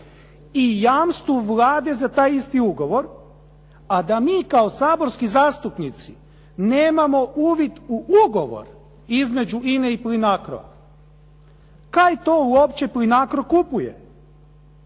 i jamstvu Vlade za taj isti ugovor, a da mi kao saborski zastupnici nemamo uvid u ugovor između INA-e i Plinacroa. Kaj to uopće Plinacro kupuje?